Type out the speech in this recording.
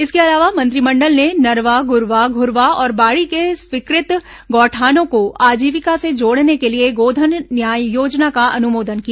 इसके अलावा मंत्रिमंडल ने नरवा गरूवा घुरूवा और बाड़ी के स्वीकृत गौठानों को आजीविका से जोड़ने के लिए गोधन न्याय योजना का अनुमोदन किया